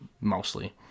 mostly